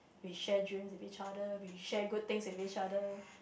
we share dreams with each other we share good things with each other